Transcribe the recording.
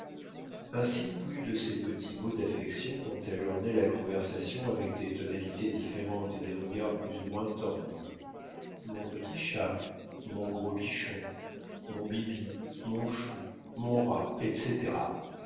ainsi plus de ces petits mots d'affection dont elle ornait la conversation avec des tonalités différentes et des regards plus ou moins tendres mon petit chat mon gros bichon mon bibi mon chou mon rat etc